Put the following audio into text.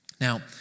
Now